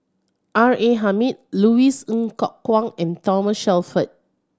R A Hamid Louis Ng Kok Kwang and Thomas Shelford